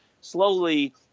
slowly